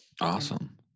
Awesome